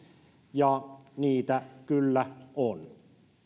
ja niitä kyllä on